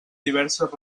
diverses